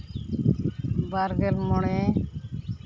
ᱵᱟᱨᱜᱮᱞ ᱢᱚᱬᱮ